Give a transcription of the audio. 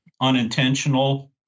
unintentional